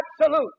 absolute